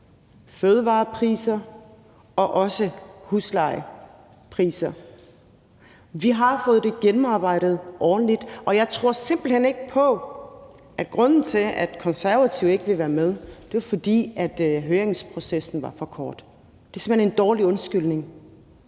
fødevarepriser og også stigende huslejepriser. Vi har fået det gennemarbejdet ordentligt, og jeg tror simpelt hen ikke på, at grunden til, at Konservative ikke vil være med, er, at høringsprocessen var for kort. Det er simpelt hen en dårlig undskyldning.